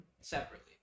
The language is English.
separately